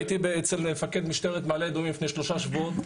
הייתי אצל מפקד משטרת מעלה אדומים לפני שלושה שבועות,